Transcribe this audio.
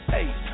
Hey